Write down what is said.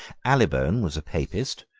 allybone was a papist,